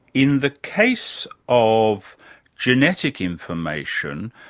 in the case of genetic information,